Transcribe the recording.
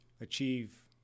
achieve